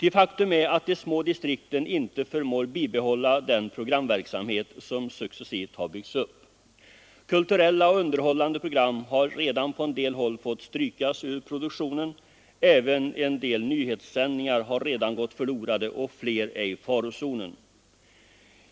Faktum är att de små distrikten inte förmår bibehålla den programverksamhet som successivt har byggts upp. Kulturella och underhållande program har redan på en del håll fått strykas ur produktionen. Även en del nyhetssändningar har gått förlorade, och fler är i farozonen.